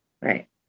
Right